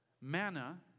Manna